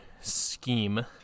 scheme